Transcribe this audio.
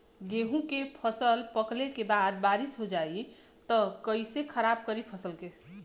गेहूँ के फसल पकने के बाद बारिश हो जाई त कइसे खराब करी फसल के?